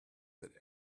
that